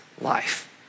life